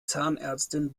zahnärztin